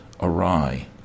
awry